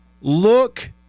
look